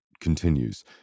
continues